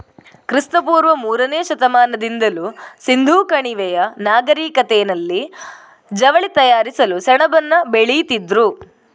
ಕ್ರಿಸ್ತ ಪೂರ್ವ ಮೂರನೇ ಶತಮಾನದಿಂದಲೂ ಸಿಂಧೂ ಕಣಿವೆಯ ನಾಗರಿಕತೆನಲ್ಲಿ ಜವಳಿ ತಯಾರಿಸಲು ಸೆಣಬನ್ನ ಬೆಳೀತಿದ್ರು